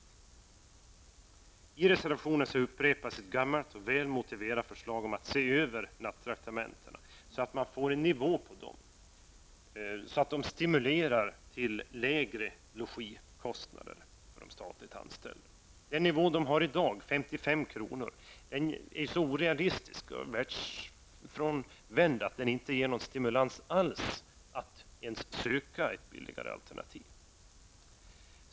I reservationen upprepas ett gammalt och väl motiverat förslag om att se över nattraktamentena, så att dessa får en sådan nivå att de stimulerar till lägre logikostnader för de statligt anställda. Den nivå traktamentena har i dag, 55 kr., är så orealistisk och världsfrånvänd att den inte ger någon stimulans alls att ens söka ett billigare alternativ.